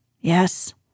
Yes